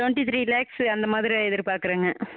twenty three lakhs அந்த மாதிரி எதிர் பார்க்குறேங்க